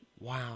wow